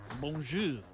Bonjour